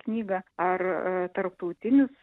knygą ar tarptautinius